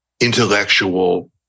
intellectual